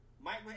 Mike